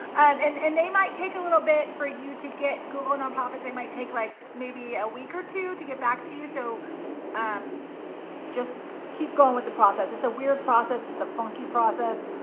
and and they might take a little bit for you to get google nonprofits, they might take like maybe a week or two to get back to you. so um just keep going with the process. it's a weird process, it's a funky process,